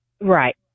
Right